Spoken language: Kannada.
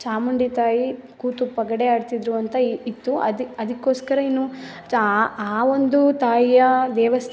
ಚಾಮುಂಡಿ ತಾಯಿ ಕೂತು ಪಗಡೆ ಆಡ್ತಿದ್ದರು ಅಂತ ಇತ್ತು ಅದಕ್ಕೋಸ್ಕರ ಇನ್ನು ಆ ಒಂದು ತಾಯಿಯ ದೇವಸ್ಥಾನ